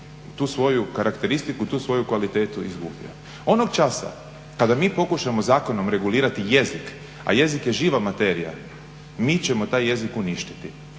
tu svoju karakteristiku, tu svoju kvalitetu izgubio. Onog časa kada mi pokušamo zakonom regulirati jezik, a jezik je živa materija, mi ćemo taj jezik uništiti.